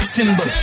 Timber